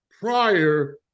prior